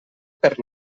per